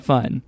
Fun